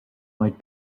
might